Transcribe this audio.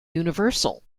universal